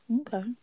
Okay